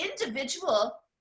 individual